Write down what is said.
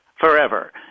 forever